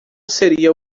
seria